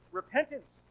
repentance